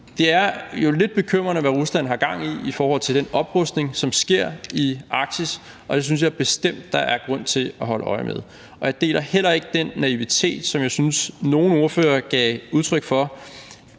Det er jo lidt bekymrende, hvad Rusland har gang i i forhold til den oprustning, som sker i Arktis, og det synes jeg bestemt der er grund til at holde øje med. Jeg deler heller ikke den naivitet, som jeg synes nogle ordførere gav udtryk for,